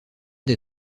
des